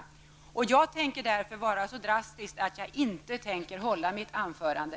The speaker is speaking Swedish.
Eftersom skolministern inte är här tänker jag vara så drastisk att jag avstår från att hålla mitt anförande.